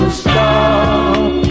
stop